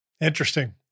Interesting